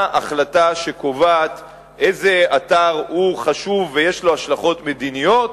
החלטה שקובעת איזה אתר הוא חשוב ויש לו השלכות מדיניות,